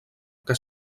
que